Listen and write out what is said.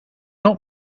not